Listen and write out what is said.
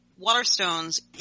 Waterstones